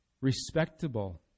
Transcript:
Respectable